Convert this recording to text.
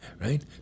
Right